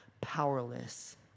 powerless